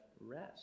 rest